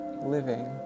living